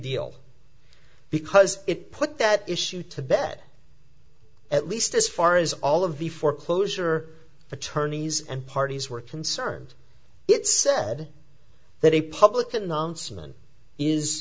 deal because it put that issue to bed at least as far as all of the foreclosure attorneys and parties were concerned it said that a public announcement is